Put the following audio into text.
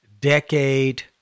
decade